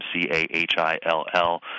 C-A-H-I-L-L